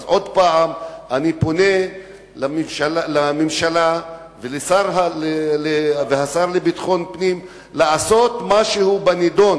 אז עוד פעם אני פונה אל הממשלה ואל השר לביטחון פנים לעשות משהו בנדון,